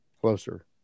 closer